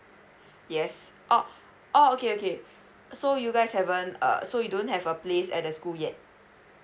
yes oh oh okay okay so you guys haven't uh so you don't have a place at the school yet